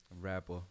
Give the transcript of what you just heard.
Rapper